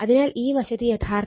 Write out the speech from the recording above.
അതിനാൽ ഈ വശത്ത് യഥാർത്ഥത്തിൽ 4 2